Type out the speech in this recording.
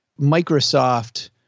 Microsoft